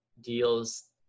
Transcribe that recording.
deals